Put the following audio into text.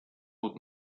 uut